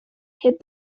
hid